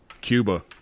Cuba